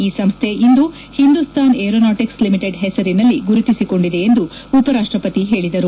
ಈ ಸಂಸ್ಥೆ ಇಂದು ಹಿಂದೂಸ್ತಾನ್ ಏರೋನಾಟಕ್ಸ್ ಲಿಮಿಟೆಡ್ ಹೆಸರಿನಲ್ಲಿ ಗುರುತಿಸಿಕೊಂಡಿದೆ ಎಂದು ಉಪ ರಾಷ್ಟಪತಿ ಹೇಳಿದರು